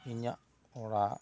ᱤᱧᱟᱹᱜ ᱚᱲᱟᱜ